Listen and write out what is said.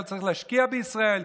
לא צריך להשקיע בישראל?